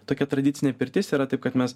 tokia tradicinė pirtis yra taip kad mes